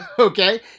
okay